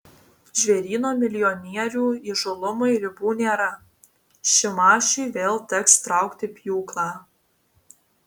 žvėryno milijonierių įžūlumui ribų nėra šimašiui vėl teks traukti pjūklą